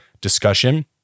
discussion